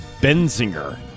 Benzinger